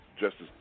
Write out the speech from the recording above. Justice